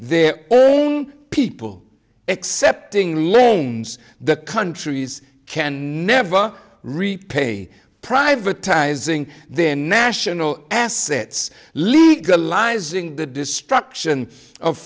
their people excepting loans the countries can never repay privatizing then national assets legalizing the destruction of